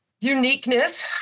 uniqueness